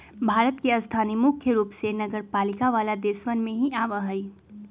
भारत के स्थान मुख्य रूप से नगरपालिका वाला देशवन में ही आवा हई